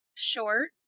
Short